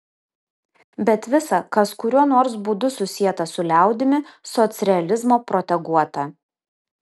bet visa kas kuriuo nors būdu susieta su liaudimi socrealizmo proteguota